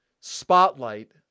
spotlight